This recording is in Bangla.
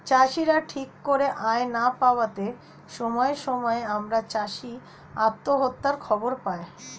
চাষীরা ঠিক করে আয় না পাওয়াতে সময়ে সময়ে আমরা চাষী আত্মহত্যার খবর পাই